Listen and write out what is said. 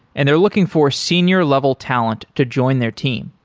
and they're looking for senior level talent to join their team.